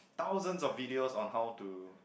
thousands of videos on how to